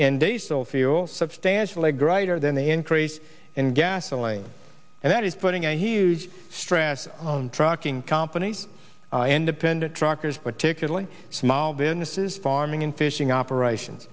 still feel substantially greater than the increase in gasoline and that is putting out here huge stress on trucking company independent truckers particularly small businesses farming and fishing operation